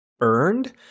earned